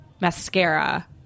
mascara